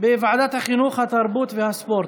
בוועדת החינוך התרבות והספורט.